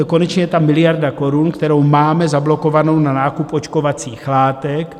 Konečně je tam miliarda korun, kterou máme zablokovanou na nákup očkovacích látek.